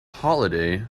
holiday